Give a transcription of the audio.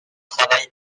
travaille